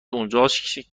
اونجاست